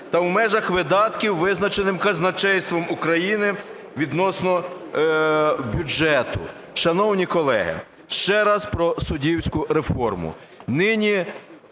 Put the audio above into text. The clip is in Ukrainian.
та в межах видатків, визначених казначейством України відносно бюджету. Шановні колеги, ще раз про суддівську реформу.